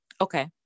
okay